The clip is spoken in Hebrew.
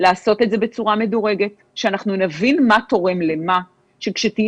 לעשות את זה בצורה מדורגת כך שאנחנו נבין מה תורם למה ושכשתהיה